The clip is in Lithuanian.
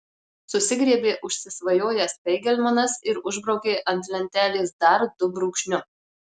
susigriebė užsisvajojęs feigelmanas ir užbraukė ant lentelės dar du brūkšniu